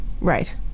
right